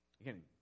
Again